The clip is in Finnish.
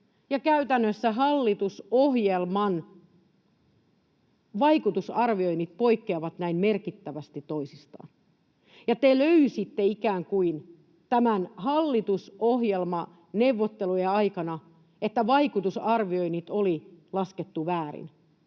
käytännössä hallitusohjelman vaikutusarvioinnit poikkeavat näin merkittävästi toisistaan, ja te löysitte ikään kuin tämän hallitusohjelman neuvottelujen aikana, että vaikutusarvioinnit oli laskettu väärin.